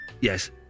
Yes